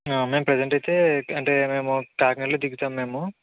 మేము ప్రజెంట్ అయితే అంటే మేము కాకినాడలో దిగుతాము మేము